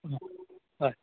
हय